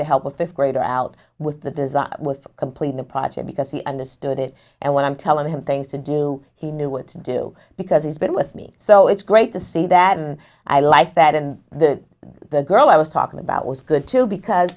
to help a fifth grader out with the design was completing the project because he understood it and what i'm telling him things to do he knew what to do because he's been with me so it's great to see that and i like that and the the girl i was talking about was good too because